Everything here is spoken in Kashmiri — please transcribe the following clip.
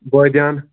بٲدِیان